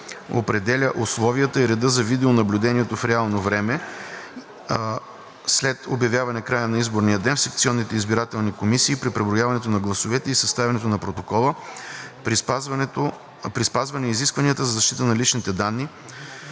определя условията и реда за видеонаблюдението в реално време след обявяване края на изборния ден в секционните избирателни комисии при преброяването на гласовете и съставянето на протокола, при спазване изискванията за защита на личните данни,